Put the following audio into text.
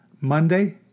Monday